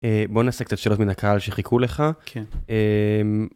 בוא נעשה קצת שאלות מן הקהל שחיכו לך. כן.